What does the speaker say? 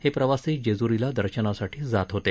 हे प्रवासी जेजुरीला दर्शनासाठी जात होते